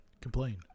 Complain